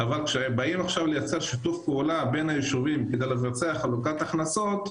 אבל שבאים עכשיו לייצר שיתוף פעולה בין היישובים כדי לבצע חלוקת הכנסות,